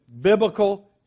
biblical